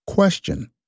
Question